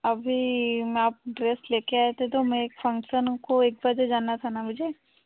अभी माप ड्रेस ले कर आए थे तो मैं एक फंक्सन को एक बजे जाना था ना मुझे